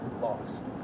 lost